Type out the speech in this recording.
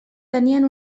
tenien